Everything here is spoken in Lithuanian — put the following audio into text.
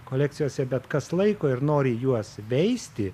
kolekcijose bet kas laiko ir nori juos veisti